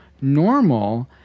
normal